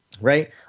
Right